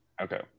Okay